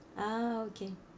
ah okay